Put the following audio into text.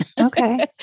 Okay